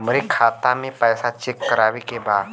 हमरे खाता मे पैसा चेक करवावे के बा?